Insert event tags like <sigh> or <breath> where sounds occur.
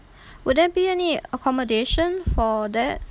<breath> would there be any accommodation for that